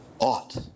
ought